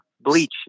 bleach